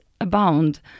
abound